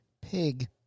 Pig